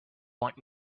want